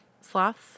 Sloths